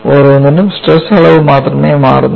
ഓരോന്നിലും സ്ട്രെസ് അളവ് മാത്രമേ മാറുന്നുള്ളൂ